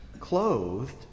Clothed